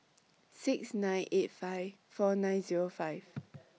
six nine eight five four nine Zero five